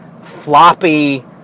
floppy